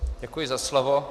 Děkuji za slovo.